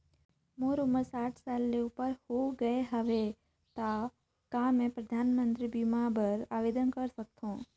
मोर उमर साठ साल ले उपर हो गे हवय त कौन मैं परधानमंतरी बीमा बर आवेदन कर सकथव?